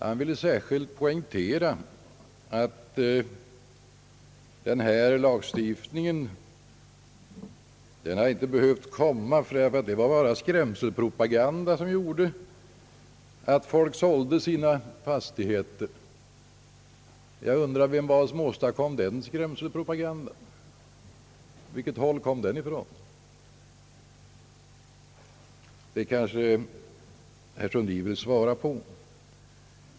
Han ville särskilt poängtera att denna lagstiftning egentligen inte hade behövt införas, ty det var bara »skrämselpropaganda» som gjorde att folk sålde sina fastigheter. Från vilket håll kom den skrämselpropagandan? Det kanske herr Sundin vill svara på.